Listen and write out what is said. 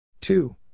two